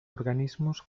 organismos